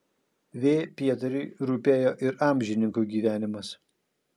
v pietariui rūpėjo ir amžininkų gyvenimas